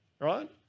Right